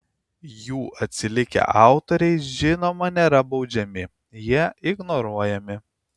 jų atsilikę autoriai žinoma nėra baudžiami jie ignoruojami